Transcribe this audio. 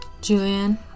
Julian